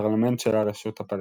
הפרלמנט של הרשות הפלסטינית.